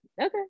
okay